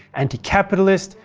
anti-capitalist,